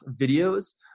videos